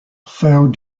failed